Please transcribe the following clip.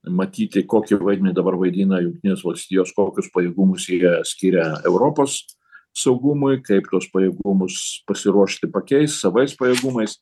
matyti kokį vaidmenį dabar vaidina jungtinės valstijos kokius pajėgumus jie skiria europos saugumui kaip tuos pajėgumus pasiruošti pakeist savais pajėgumais